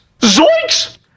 Zoinks